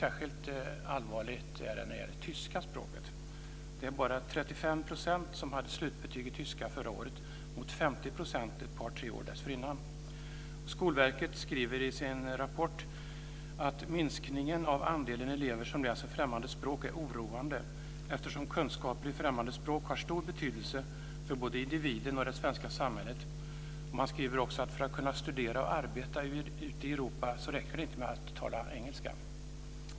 Särskilt allvarligt är det när det gäller det tyska språket. Bara 35 % hade slutbetyg i tyska förra året mot 50 % ett par tre år dessförinnan. Skolverket skriver i sin rapport att minskningen av andelen elever som läser främmande språk är oroande eftersom kunskaper i främmande språk har stor betydelse för både individen och det svenska samhället. För att kunna studera och arbeta ute i Europa, skriver man vidare, räcker det inte med att kunna tala engelska.